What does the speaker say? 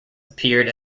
appeared